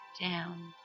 down